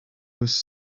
was